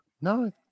No